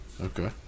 Okay